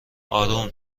اروم